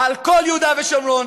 על כל יהודה ושומרון